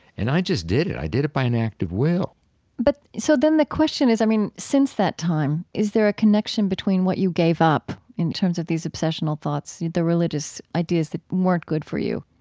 and i just did it. i did it by an act of will but, so then the question is, i mean, since that time, is there a connection between what you gave up in terms of these obsessional thoughts, the religious ideas that weren't good for you,